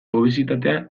obesitatea